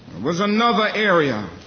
was another area